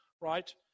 right